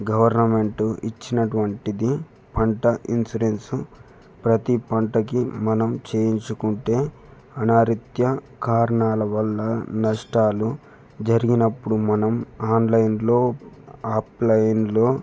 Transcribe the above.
government ఇచ్చినటువంటిది పంట insurance ప్రతి పంటకి మనం చేయించుకుంటే అనారిత్యా కారణాల వల్ల నష్టాలు జరిగినప్పుడు మనం ఆన్లైన్లో ఆప్ లైన్లో